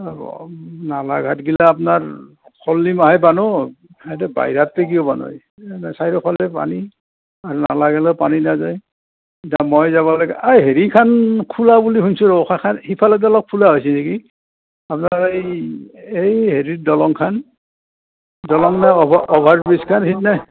নালা ঘাটগিলা আপোনাৰ শল্লি মাহে বানই সেইটো বাইৰহাতে কিয় বানাই চাৰিওফালে পানী আৰু নলা ফেলেও পানী নাযায় যাম হৈ যাব লাগে আই হেৰিখন খোলা বুলি শুনিছোঁ সেইখন ইফালেদি অলপ খোলা হৈছে নেকি আপোনাৰ এই এই হেৰিৰ দলংখন দলং নে অভাৰ অভাৰব্ৰীজখন সেইদিনা